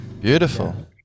Beautiful